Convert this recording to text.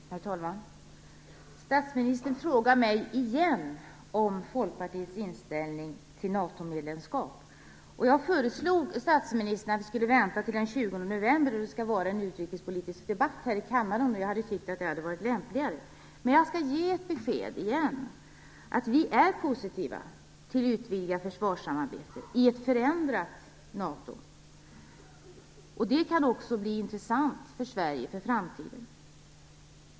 Herr talman! Statsministern frågade mig igen om Jag föreslog att statsministern skulle vänta till den 20 november då vi skall ha en utrikespolitisk debatt här i kammaren. Jag tycker att det hade varit lämpligare. Men jag skall ge ett besked. Vi är positivt inställda till ett utvidgat försvarssamarbete i ett förändrat NATO. Det kan bli intressant för Sverige i framtiden.